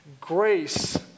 grace